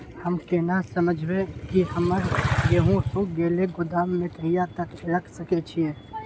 हम केना समझबे की हमर गेहूं सुख गले गोदाम में कहिया तक रख सके छिये?